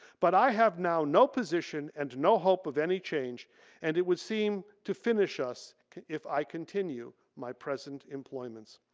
but i have now no position and no hope of any change and it would seem to finish us if i continue my present employments.